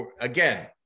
again